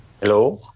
Hello